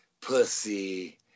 Pussy